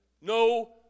No